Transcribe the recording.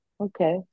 okay